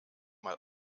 mal